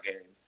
game